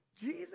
Jesus